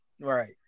Right